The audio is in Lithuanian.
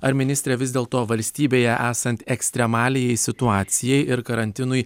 ar ministre vis dėlto valstybėje esant ekstremaliajai situacijai ir karantinui